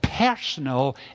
personal